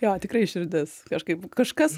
jo tikrai širdis kažkaip kažkas